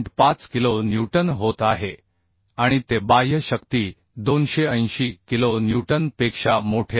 5 kilonewton होत आहे आणि ते बाह्य शक्ती 280 किलो न्यूटन पेक्षा मोठे आहे